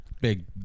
Big